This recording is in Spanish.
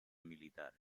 militar